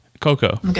Coco